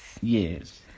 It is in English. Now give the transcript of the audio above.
Yes